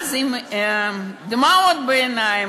עם דמעות בעיניים,